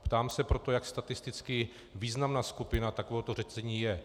Ptám se proto, jak statisticky významná skupina takovéhoto řetězení je.